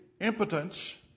impotence